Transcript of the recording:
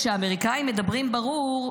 כשהאמריקנים מדברים ברור,